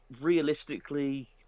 Realistically